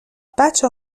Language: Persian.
بچه